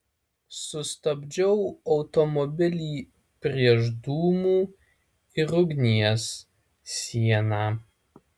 sustabdžiau automobilį prieš dūmų ir ugnies sieną